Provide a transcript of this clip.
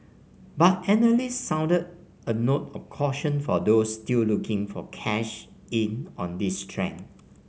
but analysts sounded a note of caution for those still looking for cash in on this trend